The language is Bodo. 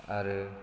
आरो